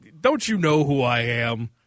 don't-you-know-who-I-am